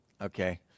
okay